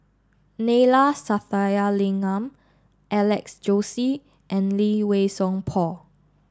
Neila Sathyalingam Alex Josey and Lee Wei Song Paul